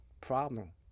problem